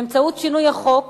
באמצעות שינוי החוק